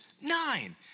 nine